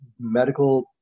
medical